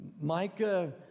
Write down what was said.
Micah